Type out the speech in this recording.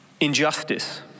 injustice